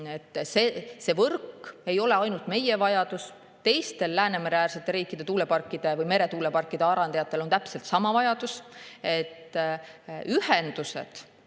See võrk ei ole ainult meie vajadus. Teistel Läänemere-äärsete riikide tuuleparkide või meretuuleparkide arendajatel on täpselt sama vajadus. Nii nagu